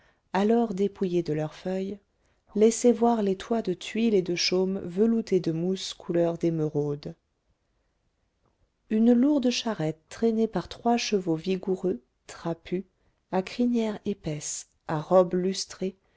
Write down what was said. alors dépouillés de leurs feuilles laissaient voir les toits de tuiles et de chaume veloutés de mousse couleur d'émeraude une lourde charrette traînée par trois chevaux vigoureux trapus à crinière épaisse à robe lustrée